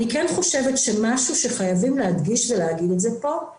אני כן חושבת שמשהו שחייבים להדגיש ולהגיד פה הוא